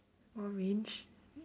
orange